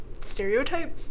stereotype